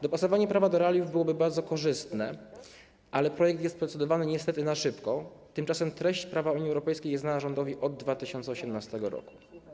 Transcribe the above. Dopasowanie prawa do realiów byłoby bardzo korzystne, ale projekt jest procedowany niestety na szybko, tymczasem treść prawa Unii Europejskiej jest znana rządowi od 2018 r.